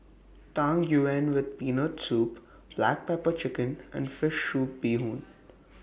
Tang Yuen with Peanut Soup Black Pepper Chicken and Fish Soup Bee Hoon